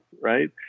right